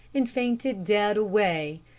and fainted dead away.